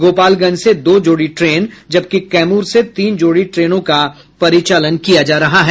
गोपालगंज से दो जोड़ी ट्रेन जबकि कैमूर से तीन जोड़ी ट्रेनों को परिचालन किया जा रहा है